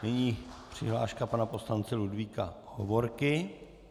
Nyní přihláška pana poslance Ludvíka Hovorky.